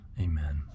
Amen